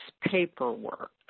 paperwork